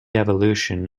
evolution